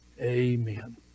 Amen